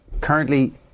currently